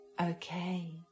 okay